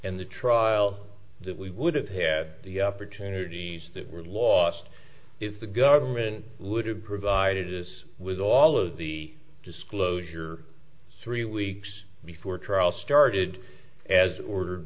and the trial that we would have had the opportunities that were lost if the government would have provided us with all of the disclosure three weeks before trial started as ordered